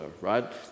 right